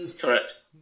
Correct